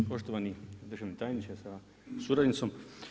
Poštovani državni tajniče sa suradnicom.